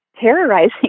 terrorizing